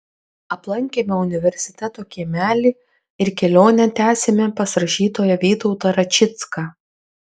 aplankėme universiteto kiemelį ir kelionę tęsėme pas rašytoją vytautą račicką